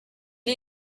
est